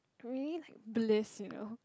really like bliss you know